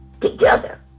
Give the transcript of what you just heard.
together